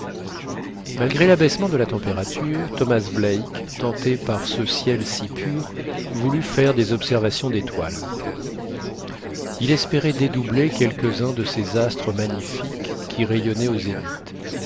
malgré l'abaissement de la température thomas black tenté par ce ciel si pur voulut faire des observations d'étoiles il espérait dédoubler quelques-uns de ces astres magnifiques qui rayonnaient au zénith